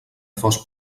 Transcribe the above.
fos